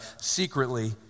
secretly